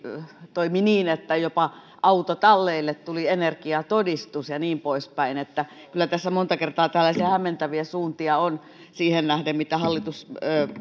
niin että jopa autotalleille tuli energiatodistus ja niin poispäin että kyllä tässä monta kertaa tällaisia hämmentäviä suuntia on ollut siihen nähden mitä hallitus